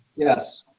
yes.